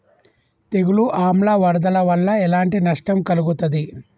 తెగులు ఆమ్ల వరదల వల్ల ఎలాంటి నష్టం కలుగుతది?